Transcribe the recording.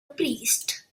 priest